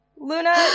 Luna